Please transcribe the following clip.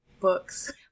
books